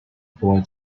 boy